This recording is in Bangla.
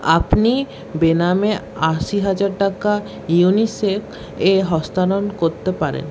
আপনি বেনামে আশি হাজার টাকা ইউনিসেফে হস্তান্তর করতে পারেন